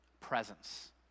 Presence